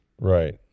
Right